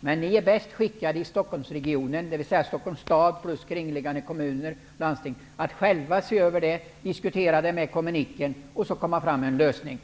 Ni i Stockholmsregionen, dvs. Stockholms stad, kringliggande kommuner och landstinget, är själva bäst skickade att se över detta, diskutera det med kommunikationsministern och komma fram med en lösning.